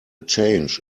change